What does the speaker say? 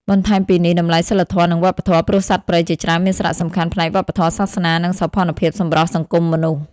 បន្ថែមពីនេះតម្លៃសីលធម៌ និងវប្បធម៌ ព្រោះសត្វព្រៃជាច្រើនមានសារៈសំខាន់ផ្នែកវប្បធម៌ សាសនា និងសោភ័ណភាពសម្រាប់សង្គមមនុស្ស។